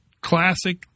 classic